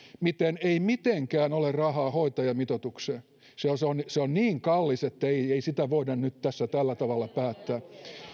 miten ei mitenkään ole rahaa hoitajamitoitukseen että se on niin kallis että ei ei sitä voida nyt tässä tällä tavalla päättää